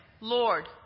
Lord